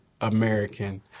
American